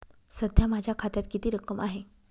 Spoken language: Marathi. सध्या माझ्या खात्यात किती रक्कम आहे?